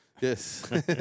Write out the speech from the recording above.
Yes